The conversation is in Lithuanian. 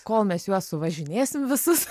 kol mes juos suvažinėsim visus